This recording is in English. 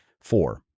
Four